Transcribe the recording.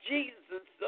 Jesus